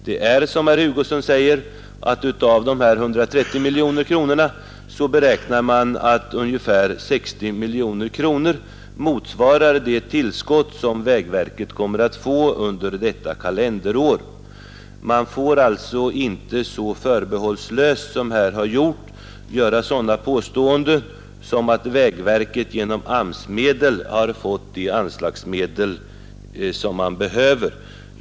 Det är, som herr Hugosson säger, så att man av de här 130 miljoner kronorna beräknar att ungefär 60 miljoner kronor motsvarar det tillskott som vägverket kommer att få under detta kalenderår. Man får alltså inte så förbehållslöst som här har gjorts göra sådana påståenden som att vägverket genom AMS-medel har fått de anslagsmedel man behöver.